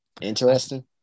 Interesting